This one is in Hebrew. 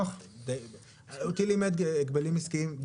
אותי לימד הגבלים עסקיים,